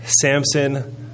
Samson